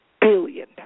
billion